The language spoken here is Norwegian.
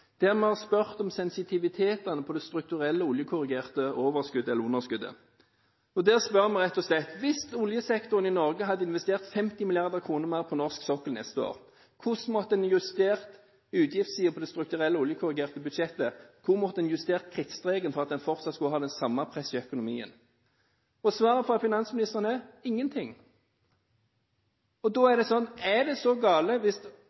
vi har spurt om sensitiviteten i det strukturelle, oljekorrigerte overskuddet eller underskuddet. Der spør vi rett og slett: Hvis oljesektoren i Norge hadde investert 50 mrd. kr mer på norsk sokkel neste år, hvordan måtte en justert utgiftssiden i det strukturelle, oljekorrigerte budsjettet – hvor måtte krittstreken vært justert for at en fortsatt skulle ha det samme presset i økonomien? Svaret fra finansministeren er: ingenting. Er det så galt at hvis